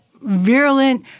virulent